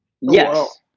Yes